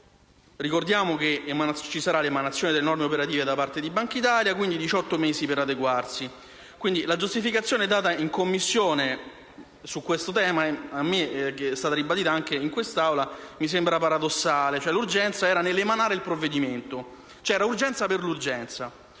Ricordiamo che ci sarà l'emanazione delle norme operative da parte di Bankitalia e, quindi, diciotto mesi per adeguarsi. La giustificazione data in Commissione su questo tema, e ribadita anche in questa Aula, a me appare paradossale: l'urgenza era nell'emanare il provvedimento. C'era l'urgenza per l'urgenza.